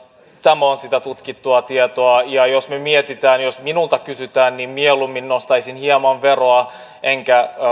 tämä on sitä tutkittua tietoa jos me mietimme jos minulta kysytään niin mieluummin nostaisin hieman veroa enkä